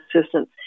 assistance